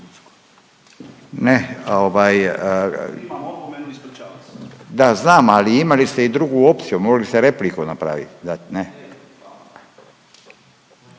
se./… … da znam, ali imali ste i drugu opciju mogli ste repliku napraviti,